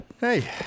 Hey